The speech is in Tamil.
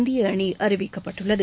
இந்திய அணி அறிவிக்கப்பட்டுள்ளது